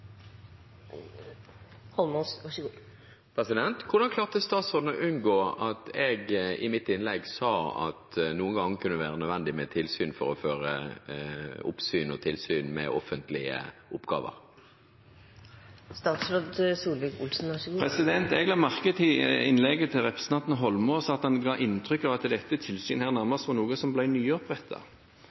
Hvordan klarte statsråden å unngå å få med seg at jeg i mitt innlegg sa at det noen ganger kunne være nødvendig med et tilsyn som kunne føre tilsyn med offentlige oppgaver? Jeg la merke til i innlegget til representanten Holmås at han ga inntrykk av at dette tilsynet nærmest var noe som